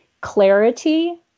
clarity